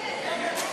שירות ביטחון (תיקון,